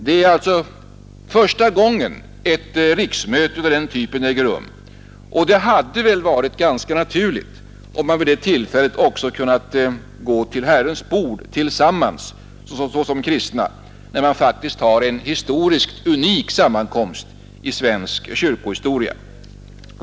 Det är första gången ett riksmöte av denna typ äger rum, och det hade varit ganska naturligt om man vid det tillfället också kunnat gå till Herrens bord tillsammans såsom kristna, när man faktiskt har en historisk, unik sammankomst i svensk kyrkohistoria.